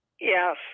Yes